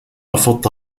رفضت